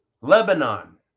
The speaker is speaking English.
Lebanon